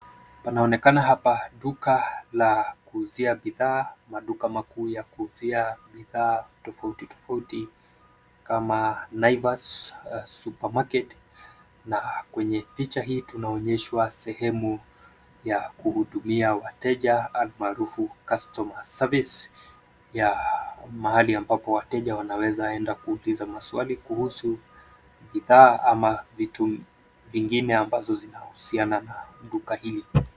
Panaonekana hapa duka la kuuzia bidhaa, maduka makuu ya kuuzia bidha tofauti tofauti kama Naivas Supermarket na kwenye picha hii tunaonyeshwa sehemu ya kuhudumia wateja almarufu customer service ya mahali ambako wateja wanaweza enda kuuliza maswali kuhusu bidhaa ama vitu vingine ambazo zina husiana na duka hili.